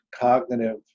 cognitive